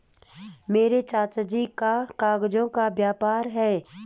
मेरे चाचा जी का कागजों का व्यापार है